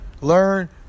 learn